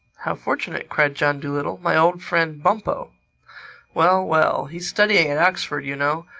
how fortunate! cried john dolittle. my old friend bumpo well, well he's studying at oxford, you know.